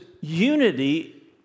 unity